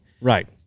Right